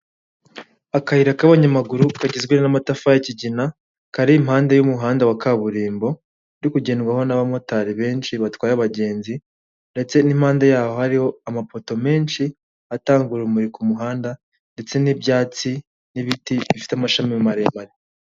Akayira k'abanyamaguru kagizwe n'amatafari y'ikigina, kari impande y'umuhanda wa kaburimbo, uri kugendwaho n'abamotari benshi batwaye abagenzi ndetse n'impande yaho hariho amapoto menshi atanga urumuri ku muhanda ndetse n'ibyatsi, n'ibiti bifite amashami maremare.